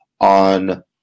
on